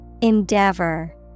Endeavor